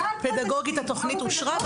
התכנית אושרה מבחינה פדגוגית,